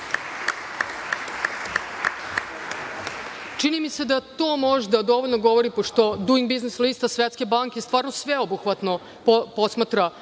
čini mi se da to možda dovoljno govori, pošto „Duing biznis lista“ Svetske banke stvarno sveobuhvatno posmatra